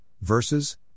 verses